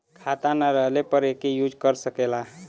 खाता ना रहले पर एके यूज कर सकेला